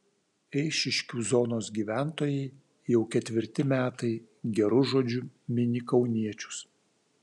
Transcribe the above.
eišiškių zonos gyventojai jau ketvirti metai geru žodžiu mini kauniečius